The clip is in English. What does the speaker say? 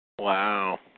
Wow